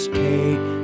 take